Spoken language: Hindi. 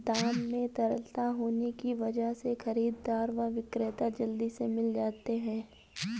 दाम में तरलता होने की वजह से खरीददार व विक्रेता जल्दी से मिल जाते है